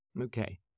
Okay